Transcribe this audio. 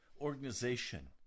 organization